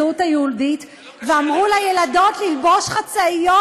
הזהות היהודית ואמרו לילדות ללבוש חצאיות,